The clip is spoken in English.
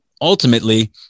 ultimately